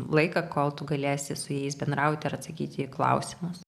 laiką kol tu galėsi su jais bendrauti ir atsakyti į klausimus